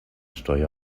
steuer